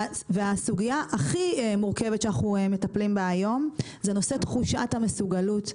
והסוגיה הכי מורכבת שאנחנו מטפלים בה היום זה נושא תחושת המסוגלות.